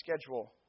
schedule